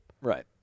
Right